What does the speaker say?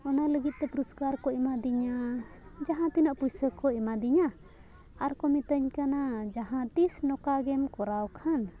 ᱚᱱᱟ ᱞᱟᱹᱜᱤᱫᱼᱛᱮ ᱯᱩᱨᱚᱥᱠᱟᱨ ᱠᱚ ᱮᱢᱟᱫᱤᱧᱟᱹ ᱡᱟᱦᱟᱸ ᱛᱤᱱᱟᱹᱜ ᱯᱩᱭᱥᱟᱹ ᱠᱚ ᱮᱢᱟᱫᱤᱧᱟᱹ ᱟᱨᱠᱚ ᱢᱤᱛᱟᱹᱧ ᱠᱟᱱᱟ ᱡᱟᱦᱟᱸ ᱛᱤᱥ ᱱᱚᱝᱠᱟ ᱜᱮᱢ ᱠᱚᱨᱟᱣ ᱠᱷᱟᱱ